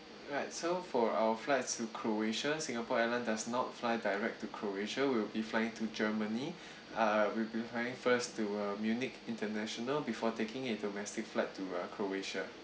right so for our flights to croatia singapore airline does not fly direct to croatia we'll be flying to germany uh we'll be flying first to uh munich international before taking a domestic flight to uh croatia